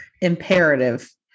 imperative